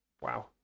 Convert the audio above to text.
wow